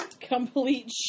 Complete